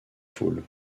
foules